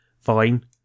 fine